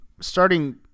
starting –